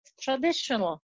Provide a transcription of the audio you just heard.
traditional